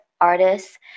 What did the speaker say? artists